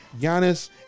Giannis